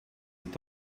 est